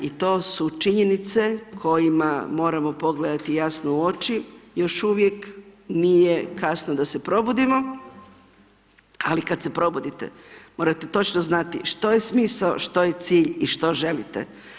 I to su činjenice kojima moramo pogledati jasno u oči, još uvijek nije kasno da se probudimo, ali kada se probudite, morate točno znati, što je smisao, što je cilj i što želite.